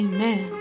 Amen